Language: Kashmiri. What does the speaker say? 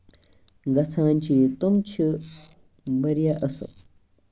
گژھان چھِ ییٚتہِ تِم چھِ واریاہ اَصٕل